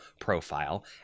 profile